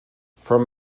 from